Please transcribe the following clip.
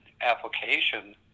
application